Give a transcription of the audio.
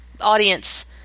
audience